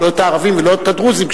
לא את הערבים ולא את הדרוזים,